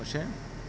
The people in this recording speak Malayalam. പക്ഷെ